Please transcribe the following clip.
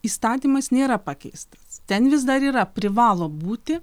įstatymas nėra pakeistas ten vis dar yra privalo būti